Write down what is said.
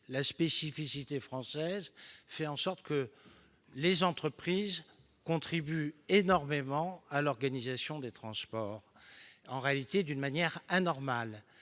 la spécificité française est telle que les entreprises contribuent énormément à l'organisation des transports, et ce, en réalité, d'une manière anormale.